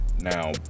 Now